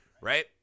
Right